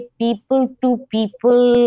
people-to-people